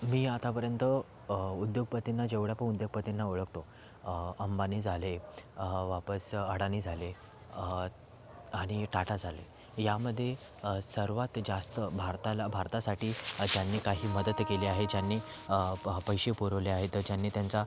मी आतापर्यंत उद्योगपतींना जेवढ्या पण उद्योगपतींना ओळखतो अंबानी झाले वापस अडानी झाले आणि टाटा झाले यामध्ये सर्वात जास्त भारताला भारतासाठी त्यांनी काही मदत केली आहे ज्यांनी पं पैसे पुरवले आहेत ज्यांनी त्यांचा